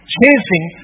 chasing